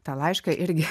tą laišką irgi